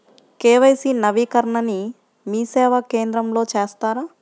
KYC నవీకరణని మీసేవా కేంద్రం లో చేస్తారా?